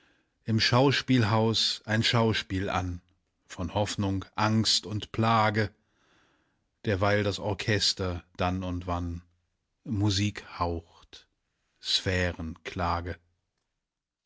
im schauspielhaus ein schauspiel an von hoffnung angst und plage derweil das orchester dann und wann musik haucht